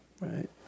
right